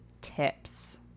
tips